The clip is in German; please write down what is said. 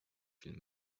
viel